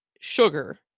sugar